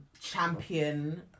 champion